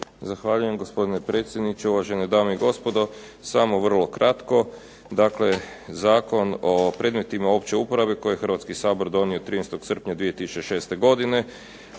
Zahvaljujem gospodine predsjedniče, uvažene dame i gospodo. Samo vrlo kratko. Dakle, Zakon o predmetima opće uporabe kojeg je Hrvatski sabor donio 13. srpnja 2006. godine,